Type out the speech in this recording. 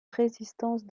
résistance